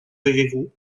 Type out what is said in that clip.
pérou